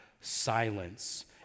silence